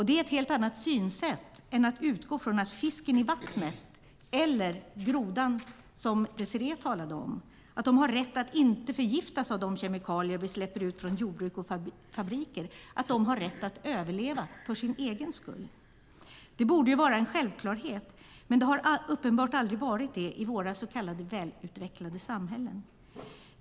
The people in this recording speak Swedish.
Det är ett helt annat synsätt än att utgå från att fisken i vattnet eller grodan, som Désirée talade om, har rätt att inte förgiftas av de kemikalier vi släpper ut från jordbruk och fabriker, att de har rätt att överleva för sin egen skull. Det borde vara en självklarhet, men det har uppenbart aldrig varit det i våra så kallade välutvecklade samhällen.